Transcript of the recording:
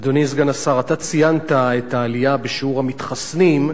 אדוני סגן השר, ציינת את העלייה בשיעור המתחסנים,